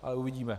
Ale uvidíme.